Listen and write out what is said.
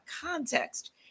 context